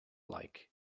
like